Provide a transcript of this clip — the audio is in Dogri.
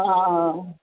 हां